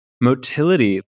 motility